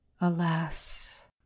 Alas